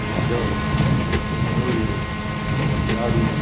धोदोल नेवऱ्यो लाडू